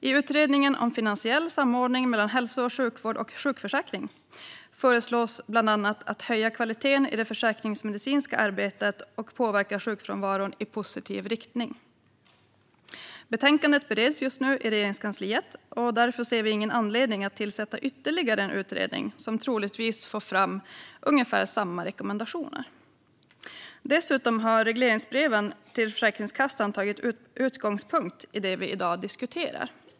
I utredningen Finansiell samordning mellan hälso och sjukvård och sjukförsäkring föreslås bland annat att man ska höja kvaliteten i det försäkringsmedicinska arbetet och påverka sjukfrånvaron i positiv riktning. Betänkandet bereds just nu i Regeringskansliet, och därför ser vi ingen anledning att tillsätta ytterligare en utredning som troligtvis får fram ungefär samma rekommendationer. Dessutom har regleringsbreven till Försäkringskassan tagit sin utgångspunkt i det vi i dag diskuterar.